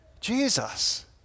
Jesus